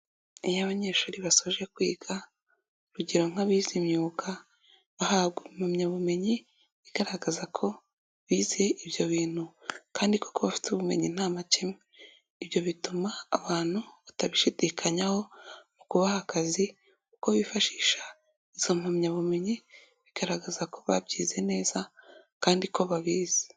Iyo abanyeshuri basoje kwiga urugero nk'abize imyuga bahabwa impamyabumenyi igaragaza ko bize ibyo bintu kandi ko kuba bafite ubumenyi nta makemwa. Ibyo bituma abantu batabishidikanyaho mu kubaha akazi kuko bifashisha izo mpamyabumenyi bigaragaza ko babyize neza kandi ko babizi.